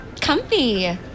comfy